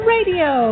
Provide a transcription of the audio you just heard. Radio